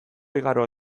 igaro